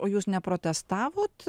o jūs neprotestavot